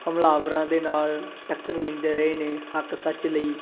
ਹਮਲਾਵਰਾਂ ਦੇ ਨਾਲ ਟੱਕਰ ਲੈਂਦੇ ਰਹੇ ਨੇ ਹੱਕ ਸੱਚ ਲਈ